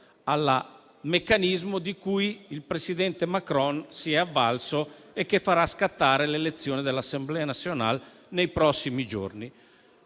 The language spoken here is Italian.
al meccanismo di cui il presidente Macron si è avvalso e che farà scattare l'elezione dell'Assemblée nationale nei prossimi giorni.